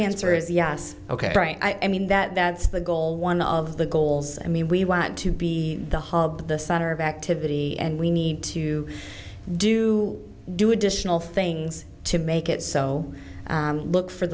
will answer is yes ok right i mean that that's the goal one of the goals i mean we want to be the hub the center of activity and we need to do do additional things to make it so look for